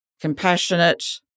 compassionate